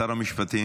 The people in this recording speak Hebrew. שר המשפטים